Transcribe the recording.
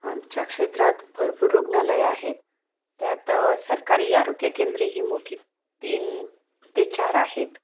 आमच्या क्षेत्रात भरपूर रुग्णालये आहेत त्यात सरकारी आरोग्य केंद्रेही मोठी तीन ते चार आहेत